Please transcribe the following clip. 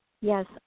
Yes